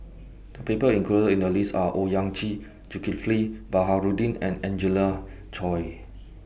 The People included in The list Are Owyang Chi Zulkifli Baharudin and Angelina Chory